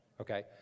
okay